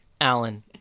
Alan